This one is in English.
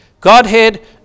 Godhead